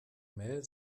mel